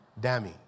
Dammy